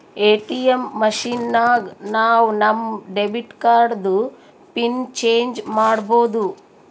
ATM machine ನಾಗ್ ನಾವ್ ನಮ್ ಡೆಬಿಟ್ ಕಾರ್ಡ್ದು ಪಿನ್ ಚೇಂಜ್ ಮಾಡ್ಬೋದು